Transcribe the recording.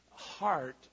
Heart